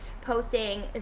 posting